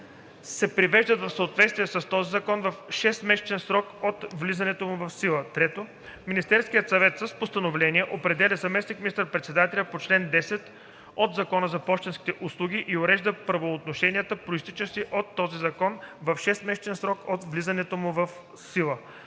се привеждат в съответствие с този закон в 6-месечен срок от влизането му в сила. (3) Министерският съвет с постановление определя заместник министър-председателя по чл. 10 от Закона за пощенските услуги и урежда правоотношенията, произтичащи от този закон, в 6 месечен срок от влизането му в сила.“